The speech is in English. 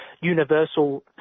universal